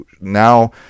now